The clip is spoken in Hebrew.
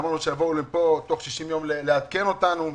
ואמרנו שיבואו לפה תוך 60 יום לעדכן אותנו.